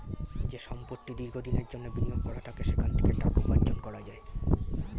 যে সম্পত্তি দীর্ঘ দিনের জন্যে বিনিয়োগ করা থাকে সেখান থেকে টাকা উপার্জন করা যায়